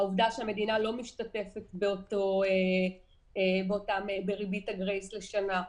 העובדה שהמדינה לא משתתפת בריבית הגרייס לשנה,